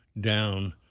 down